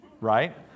right